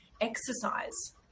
exercise